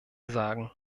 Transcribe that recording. sagen